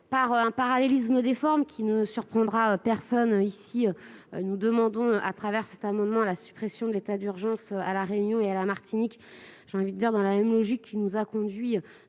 Par un parallélisme des formes qui ne surprendra personne ici, nous demandons dans cet amendement la suppression de l'état d'urgence sanitaire à la Réunion et à la Martinique, suivant la logique qui nous a conduits,